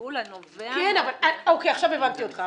הגידול הנובע --- עכשיו הבנתי אותך.